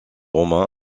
romain